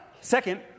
Second